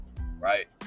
right